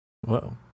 Whoa